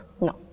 No